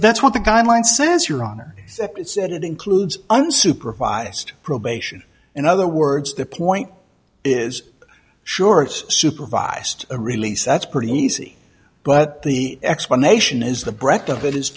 that's what the guidelines say is your honor said it includes unsupervised probation in other words the point is sure it's a supervised release that's pretty easy but the explanation is the breadth of it